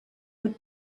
would